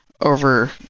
over